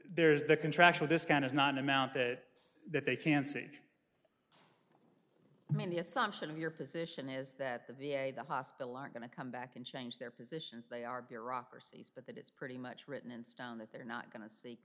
there's the contractual this kind is not an amount that they can see in the assumption of your position is that the v a hospital are going to come back and change their positions they are bureaucracies but that is pretty much written in stone that they're not going to seek